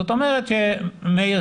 זאת אומרת מאיר,